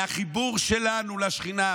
מהחיבור שלנו לשכינה,